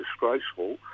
disgraceful